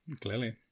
Clearly